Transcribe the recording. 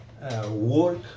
Work